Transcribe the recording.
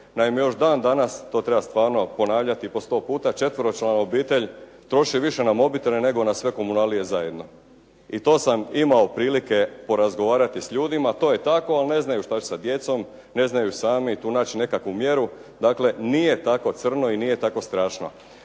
Naime, još dan danas to treba stvarno ponavljati po sto puta, četveročlana obitelj troši više na mobitele nego na sve komunalije zajedno i to sam imao prilike porazgovarati s ljudima, to je tako ali ne znaju što će sa djecom, ne znaju sami tu naći nekakvu mjeru, dakle nije tako crno i nije tako strašno.